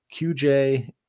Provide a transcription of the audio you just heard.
QJ